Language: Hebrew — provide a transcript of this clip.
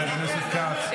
חבר הכנסת כץ.